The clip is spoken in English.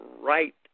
right